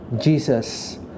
Jesus